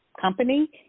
company